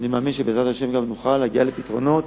ואני מאמין שבעזרת השם נוכל גם להגיע לפתרונות